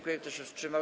Kto się wstrzymał?